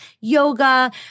yoga